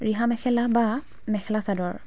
ৰিহা মেখেলা বা মেখেলা চাদৰ